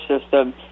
System